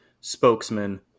spokesman